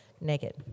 naked